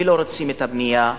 ולא רוצים את הבנייה לגובה.